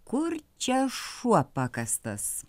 kur čia šuo pakastas